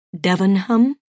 Devonham